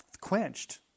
quenched